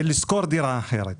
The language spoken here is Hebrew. ולשכור דירה אחרת.